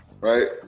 right